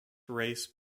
race